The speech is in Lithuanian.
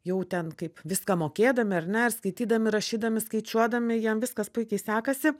jau ten kaip viską mokėdami ar ne ar skaitydami rašydami skaičiuodami jiem viskas puikiai sekasi